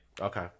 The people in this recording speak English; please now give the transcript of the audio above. Okay